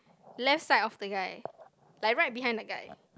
left side of the guy like right behind the guy